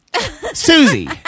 Susie